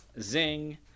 Zing